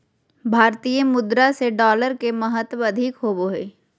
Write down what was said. भारतीय मुद्रा से डॉलर के महत्व अधिक होबो हइ